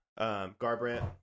Garbrandt